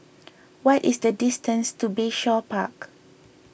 what is the distance to Bayshore Park